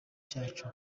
cyacu